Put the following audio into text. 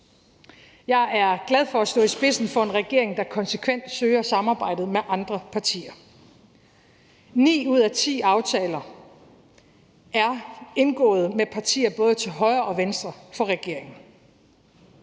Jeg er glad for at stå i spidsen for en regering, der konsekvent søger samarbejdet med andre partier. Ni ud af ti aftaler er indgået med partier både til højre og venstre for regeringen.